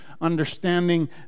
understanding